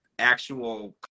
actual